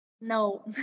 no